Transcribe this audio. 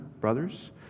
brothers